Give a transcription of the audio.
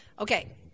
Okay